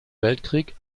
weltkrieg